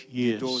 years